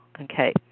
Okay